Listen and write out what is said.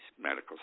Medical